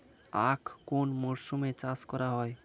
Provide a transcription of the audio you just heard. আখ কোন মরশুমে চাষ করা হয়?